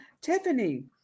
Tiffany